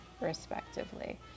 respectively